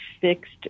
fixed